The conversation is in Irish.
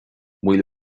míle